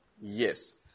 Yes